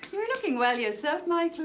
you're looking well yourself, michael.